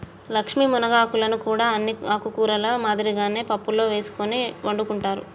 లక్ష్మీ మునగాకులను కూడా అన్ని ఆకుకూరల మాదిరిగానే పప్పులో ఎసుకొని వండుకుంటారు